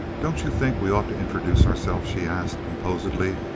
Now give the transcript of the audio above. don't you think we ought to introduce ourselves? she asked, composedly,